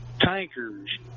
tankers